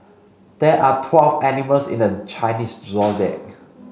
there are twelve animals in the Chinese Zodiac